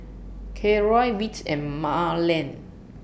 Khloe Whit and Marland